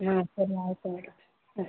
ಹ್ಞೂ ಸರಿ ಆಯಿತು ಮೇಡಮ್ ಹಾಂ